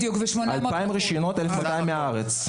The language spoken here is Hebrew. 2,000 רישיונות, 1,200 מהארץ.